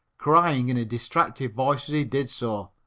crying in a distracted voice as he did so